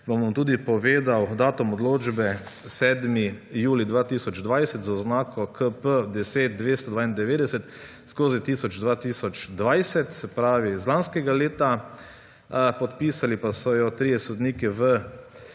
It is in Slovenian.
bom tudi povedal datum odločbe, 7. julij 2020, z oznako Kp 1029/2020, se pravi iz lanskega leta. Podpisali pa so jo trije sodniki v